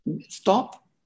stop